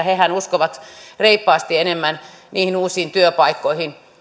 hehän uskovat reippaasti enemmän niihin uusiin työpaikkoihin